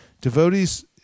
Devotees